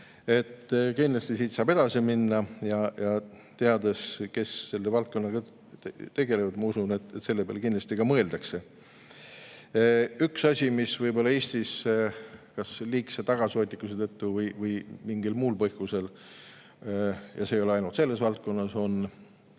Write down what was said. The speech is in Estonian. Kindlasti saab siit edasi minna ja teades, kes selle valdkonnaga tegelevad, ma usun, et selle peale kindlasti mõeldakse. Üks asi, mis võib-olla Eestis kas liigse tagasihoidlikkuse tõttu või mingil muul põhjusel – see ei ole ainult selles valdkonnas –